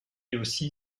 aussi